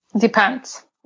Depends